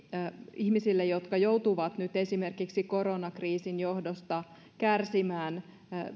ihmisille jotka joutuvat nyt esimerkiksi koronakriisin johdosta kärsimään